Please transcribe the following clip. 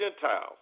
Gentiles